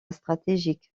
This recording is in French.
stratégique